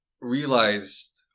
realized